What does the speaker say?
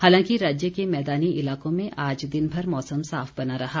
हालांकि राज्य के मैदानी इलाकों में आज दिनभर मौसम साफ बना रहा